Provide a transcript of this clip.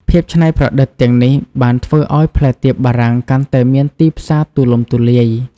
ភាពច្នៃប្រឌិតទាំងនេះបានធ្វើឱ្យផ្លែទៀបបារាំងកាន់តែមានទីផ្សារទូលំទូលាយ។